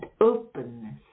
openness